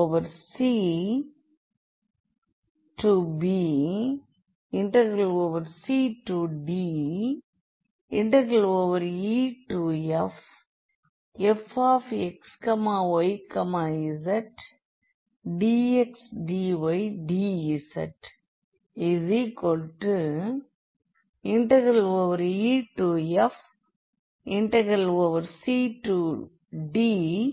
abcdeffxyzdxdydzefcdabfxyzdzdydx cdefabfxyzdzdxdy